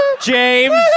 James